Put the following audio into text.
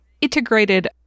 integrated